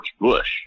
Bush